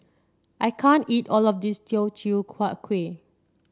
I can't eat all of this Teochew Huat Kuih